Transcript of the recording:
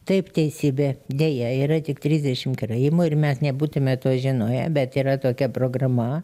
taip teisybė deja yra tik trisdešim karaimų ir mes nebūtume to žinoję bet yra tokia programa